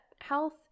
health